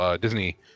Disney